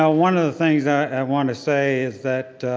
ah one of the things i wanna say is that